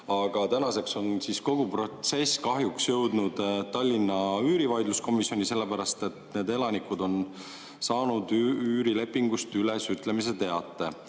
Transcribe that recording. Aga tänaseks on kogu protsess kahjuks jõudnud Tallinna üürikomisjoni, sellepärast et need elanikud on saanud üürilepingu ülesütlemise teate.